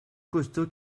costaud